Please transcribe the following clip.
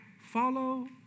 follow